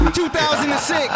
2006